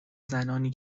زنانی